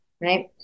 right